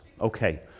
Okay